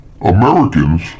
Americans